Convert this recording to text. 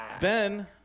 Ben